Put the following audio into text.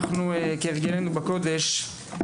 כהרגלנו בקודש,